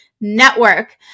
network